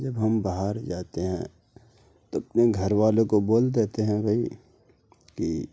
جب ہم باہر جاتے ہیں تو اپنے گھر والوں کو بول دیتے ہیں بھائی کہ